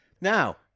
Now